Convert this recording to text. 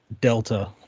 Delta